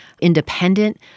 independent